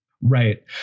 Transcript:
Right